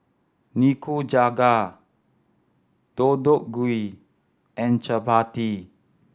Nikujaga Deodeok Gui and Chapati